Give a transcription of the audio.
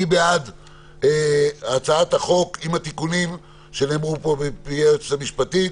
מי בעד הצעת החוק עם התיקונים שנאמרו פה על ידי היועצת המשפטית?